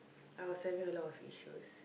I was having a lot of issues